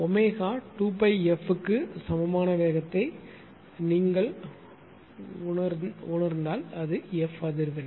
The 2πf க்கு சமமான வேகத்தை நீங்கள் உணர்ந்தால் f அதிர்வெண்